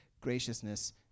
graciousness